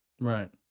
Right